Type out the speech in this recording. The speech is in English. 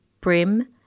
brim